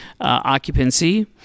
occupancy